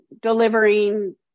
delivering